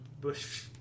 Bush